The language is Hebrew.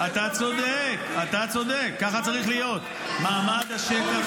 ממה אתם מפחדים?